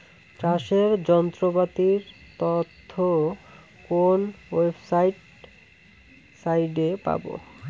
চাষের যন্ত্রপাতির তথ্য কোন ওয়েবসাইট সাইটে পাব?